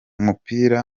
mupira